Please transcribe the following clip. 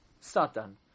Satan